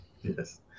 Yes